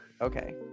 okay